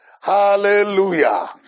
hallelujah